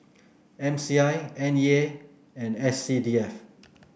M C I N E A and S C D F